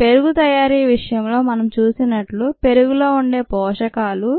పెరుగు తయారీ విషయంలో మనం చూసినట్లు పెరుగులో ఉండే పోషకాలు